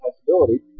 possibility